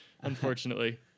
unfortunately